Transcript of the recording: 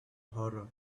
horror